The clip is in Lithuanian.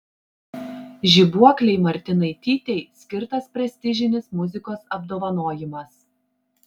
žibuoklei martinaitytei skirtas prestižinis muzikos apdovanojimas